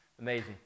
Amazing